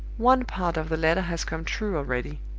one part of the letter has come true already.